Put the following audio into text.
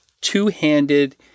two-handed